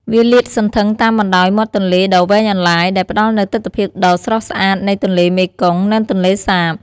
វាលាតសន្ធឹងតាមបណ្ដោយមាត់ទន្លេដ៏វែងអន្លាយ ដែលផ្ដល់នូវទិដ្ឋភាពដ៏ស្រស់ស្អាតនៃទន្លេមេគង្គ និងទន្លេសាប។